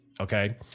Okay